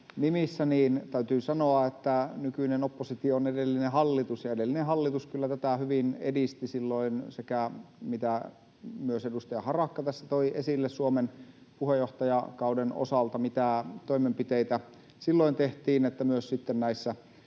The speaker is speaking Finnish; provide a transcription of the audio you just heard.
nimissä täytyy sanoa, että nykyinen oppositio on edellinen hallitus ja edellinen hallitus kyllä tätä hyvin edisti silloin. Myös edustaja Harakka tässä toi esille Suomen puheenjohtajakauden osalta, mitä toimenpiteitä silloin tehtiin ja myös sitten